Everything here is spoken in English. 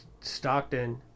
Stockton